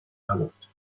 نبود